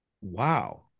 Wow